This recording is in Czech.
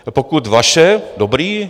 A pokud vaše, dobré.